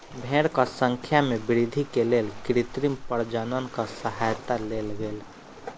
भेड़क संख्या में वृद्धि के लेल कृत्रिम प्रजननक सहयता लेल गेल